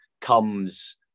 comes